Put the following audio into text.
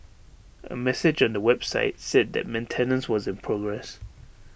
A message on the website said that maintenance was in progress